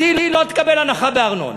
אז היא לא תקבל הנחה בארנונה.